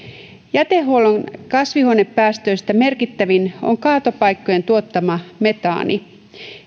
jätehuollon kasvihuonepäästöistä merkittävin on kaatopaikkojen tuottama metaani